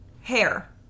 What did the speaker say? Hair